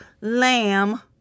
lamb